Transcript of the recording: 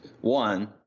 One